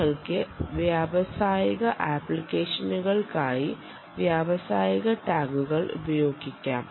നിങ്ങൾക്ക് വ്യാവസായിക ആപ്ലിക്കേഷനുകൾക്കായി വ്യാവസായിക ടാഗുകൾ ഉപയോഗിക്കാം